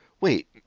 wait